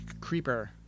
creeper